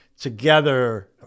together